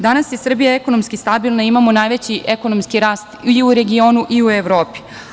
Danas je Srbija ekonomski stabilna, imamo najveći ekonomski rast i u regionu i u Evropi.